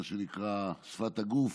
מה שנקרא שפת הגוף,